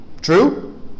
True